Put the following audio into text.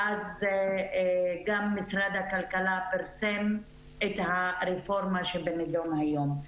ואז גם משרד הכלכלה פרסם את הרפורמה שבנדון היום.